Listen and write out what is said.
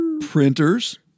printers